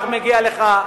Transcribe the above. מי שבירך מגיע לך.